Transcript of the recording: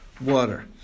water